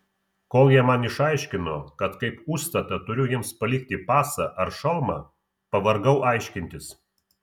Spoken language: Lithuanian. kol jie man išaiškino kad kaip užstatą turiu jiems palikti pasą ar šalmą pavargau aiškintis